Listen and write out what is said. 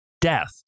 death